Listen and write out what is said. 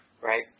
right